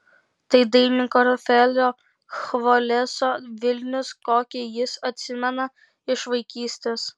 tai dailininko rafaelio chvoleso vilnius kokį jis atsimena iš vaikystės